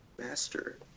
Master